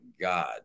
God